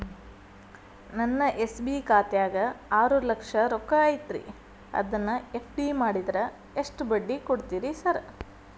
ನನ್ನ ಎಸ್.ಬಿ ಖಾತ್ಯಾಗ ಆರು ಲಕ್ಷ ರೊಕ್ಕ ಐತ್ರಿ ಅದನ್ನ ಎಫ್.ಡಿ ಮಾಡಿದ್ರ ಎಷ್ಟ ಬಡ್ಡಿ ಕೊಡ್ತೇರಿ ಸರ್?